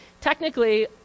Technically